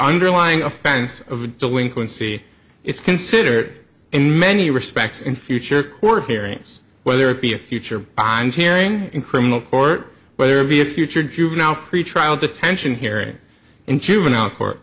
underlying offense of delinquency it's considered in many respects in future court hearings whether it be a future bond hearing in criminal court whether it be a future juvenile pretrial detention hearing in juvenile